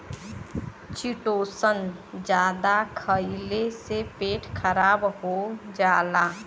chitosan जादा खइले से पेट खराब हो जाला